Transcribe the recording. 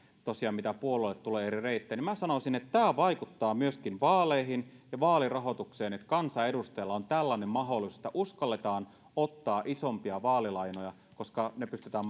mitä puolueille tulee eri reittejä niin minä sanoisin että tämä vaikuttaa myöskin vaaleihin ja vaalirahoitukseen että kansanedustajalla on tällainen mahdollisuus että uskalletaan ottaa isompia vaalilainoja koska ne pystytään